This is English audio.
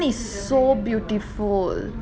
dey rajasthan is so beautiful